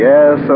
Yes